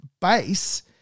base